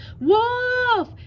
Wolf